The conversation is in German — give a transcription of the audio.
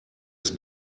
ist